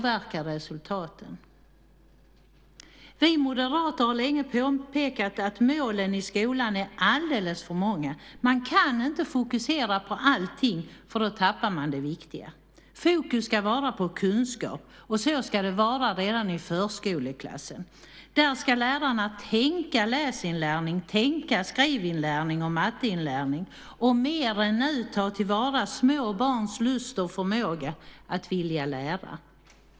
Vi moderater har länge påpekat att målen i skolan är alldeles för många. Man kan inte fokusera på allting, för då tappar man det viktiga. Fokus ska vara på kunskap, och så ska det vara redan i förskoleklassen. Där ska lärarna tänka läsinlärning, tänka skrivinlärning och matteinlärning och mer än nu ta till vara små barns lust och förmåga att vilja lära.